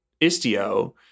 Istio